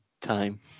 time